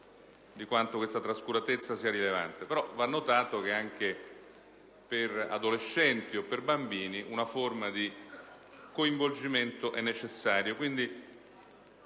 di quanto questa trascuratezza sia rilevante, però va notato che anche per adolescenti o per bambini una forma di coinvolgimento è necessaria.